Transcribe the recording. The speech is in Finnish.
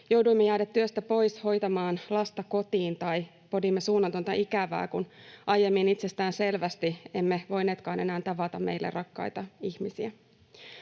jouduimme jäämään työstä pois hoitamaan lasta kotiin tai podimme suunnatonta ikävää, kun aiemmin itsestäänselvästi emme voineetkaan enää tavata meille rakkaita ihmisiä.